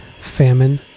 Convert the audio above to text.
Famine